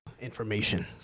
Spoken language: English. information